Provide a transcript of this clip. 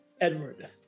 Edward